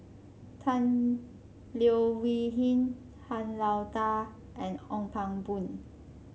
Tan Leo Wee Hin Han Lao Da and Ong Pang Boon